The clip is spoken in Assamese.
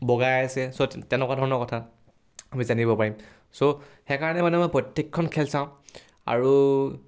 বগাই আছে চ' তেনেকুৱা ধৰণৰ কথা আমি জানিব পাৰিম চ' সেইকাৰণে মানে মই প্ৰত্যেকখন খেল চাওঁ আৰু